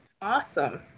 Awesome